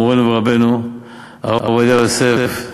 מורנו ורבנו הרב עובדיה יוסף,